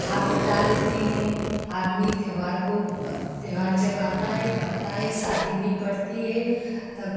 हाथ बटा लेते हैं आदमी त्योहार को त्योहार जब आता है पड़ता है शादी भी पड़ती है तब